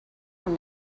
from